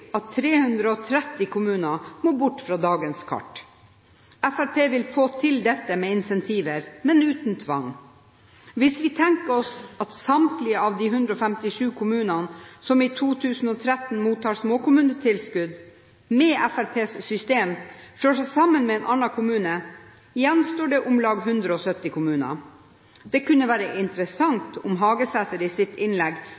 at 330 kommuner må bort fra dagens kart. Fremskrittspartiet vil få til dette med incentiver, men uten tvang. Hvis vi tenker oss at samtlige av de 157 kommunene som i 2013 mottar småkommunetilskudd, med Fremskrittspartiets system slår seg sammen med en annen kommune, så gjenstår det om lag 170 kommuner. Det hadde vært interessant om Hagesæter i sitt innlegg kunne